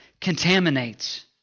contaminates